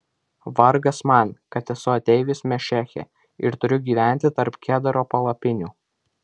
vargas man kad esu ateivis mešeche ir turiu gyventi tarp kedaro palapinių